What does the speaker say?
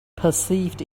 perceived